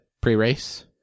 pre-race